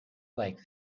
like